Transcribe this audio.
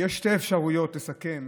יש שתי אפשרויות לסכם